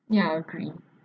ya I agree